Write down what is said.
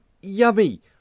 yummy